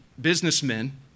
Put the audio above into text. businessmen